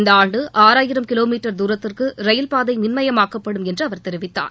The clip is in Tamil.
இந்த ஆண்டு ஆறாயிரம் கிலோ மீட்டர் தூரத்திற்கு ரயில்பாதை மின்மயமாக்கப்படும் என்று அவர் தெரிவித்தார்